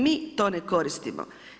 Mi to ne koristimo.